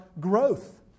growth